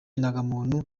indangamuntu